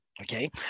Okay